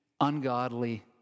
ungodly